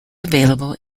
available